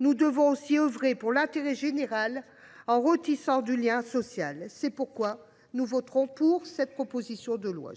nous devons aussi œuvrer pour l’intérêt général en retissant du lien social. Toutefois, nous voterons pour cette proposition de loi.